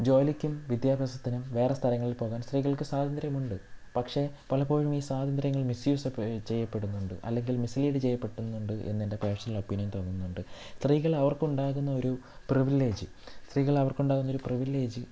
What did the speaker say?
ജോലിക്കും വിദ്യാഭ്യാസത്തിനും വേറെ സ്ഥലങ്ങളിൽ പോകാൻ സ്ത്രീകൾക്ക് സ്വാതന്ത്ര്യമുണ്ട് പക്ഷേ പലപ്പോഴും ഈ സ്വാതന്ത്ര്യങ്ങൾ മിസ്സ്യൂസ് പെ ചെയ്യപ്പെടുന്നുണ്ട് അല്ലെങ്കിൽ മിസ്ലീഡ് ചെയ്യപ്പെടുന്നുണ്ട് എന്ന് എൻ്റെ പേഴ്സണൽ ഒപ്പീനിയൻ തോന്നുന്നുണ്ട് സ്ത്രീകൾ അവർക്കുണ്ടാകുന്ന ഒരു പ്രിവിലേജ് സ്ത്രീകൾ അവർക്കുണ്ടാകുന്ന ഒരു പ്രിവിലേജ്